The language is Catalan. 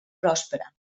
prospera